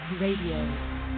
RADIO